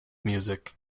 music